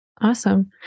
Awesome